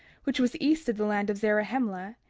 which was east of the land of zarahemla,